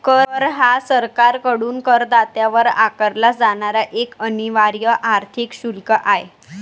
कर हा सरकारकडून करदात्यावर आकारला जाणारा एक अनिवार्य आर्थिक शुल्क आहे